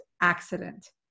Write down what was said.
accident